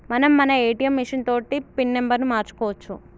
మనం మన ATM machine తోటి పిన్ నెంబర్ను మార్చుకోవచ్చు